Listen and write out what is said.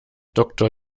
doktor